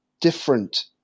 different